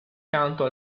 canto